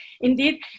indeed